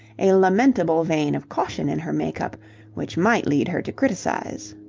a lamentable vein of caution in her make-up which might lead her to criticize.